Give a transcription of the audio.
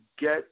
get